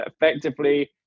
effectively